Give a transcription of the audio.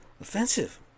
offensive